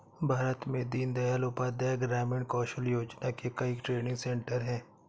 भारत में दीन दयाल उपाध्याय ग्रामीण कौशल योजना के कई ट्रेनिंग सेन्टर है